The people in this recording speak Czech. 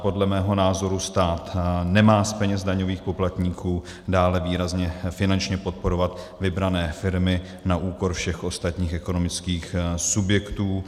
Podle mého názoru stát nemá z peněz daňových poplatníků dále výrazně finančně podporovat vybrané firmy na úkor všech ostatních ekonomických subjektů.